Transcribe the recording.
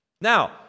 Now